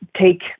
take